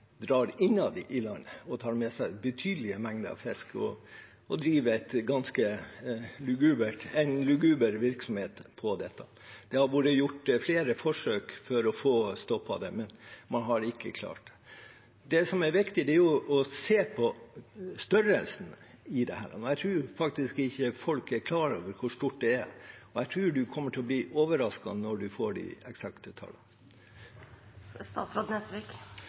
drar innad i landet, som tar med seg betydelige mengder fisk og driver en ganske luguber virksomhet ut fra dette. Det har vært gjort flere forsøk på å få stoppet det, men man har ikke klart det. Det som er viktig, er å se på størrelsen i det. Jeg tror faktisk ikke folk er klar over hvor stort det er, og jeg tror du kommer til å bli overrasket når du får se de eksakte tallene.